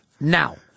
now